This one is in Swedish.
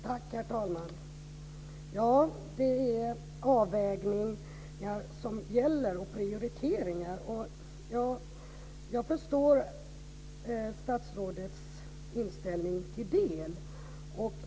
Herr talman! Det är avvägningar och prioriteringar som gäller. Jag förstår statsrådets inställning till en viss del.